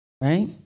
Right